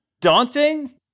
daunting